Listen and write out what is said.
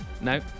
No